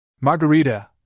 Margarita